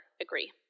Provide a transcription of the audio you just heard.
agree